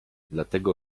dlatego